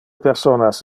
personas